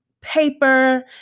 paper